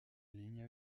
ligne